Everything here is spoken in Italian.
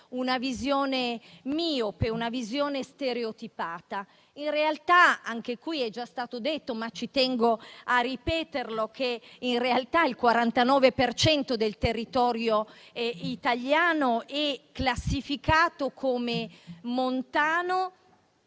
una visione miope e stereotipata. In realtà - anche qui è già stato detto, ma ci tengo a ripeterlo - il 49 per cento del territorio italiano è classificato come montano,